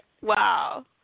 Wow